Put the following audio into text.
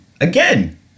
Again